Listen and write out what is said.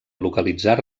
localitzar